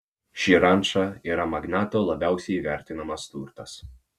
ši ranča yra magnato labiausiai vertinamas turtas